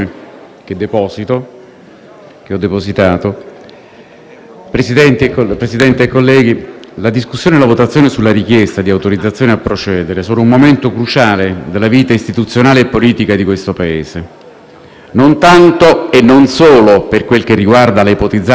la discussione e la votazione sulla richiesta di autorizzazione a procedere sono un momento cruciale della vita istituzionale e politica di questo Paese, non tanto e non solo per quel che riguarda la ipotizzata responsabilità giuridica del ministro Salvini, come in conclusione diceva il relatore che mi ha preceduto,